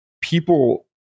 people